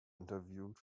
interviewed